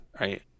Right